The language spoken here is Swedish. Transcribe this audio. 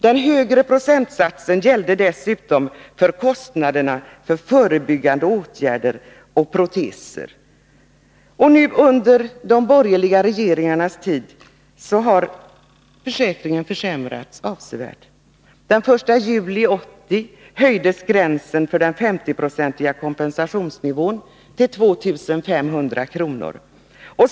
Den högre procentsatsen gällde dessutom för kostnaderna för förebyggande åtgärder och proteser. Under de borgerliga regeringarnas tid har försäkringen försämrats avsevärt. Den 1 juli 1980 höjdes gränsen för den 50-procentiga kompensationsnivån till 2 500 kr.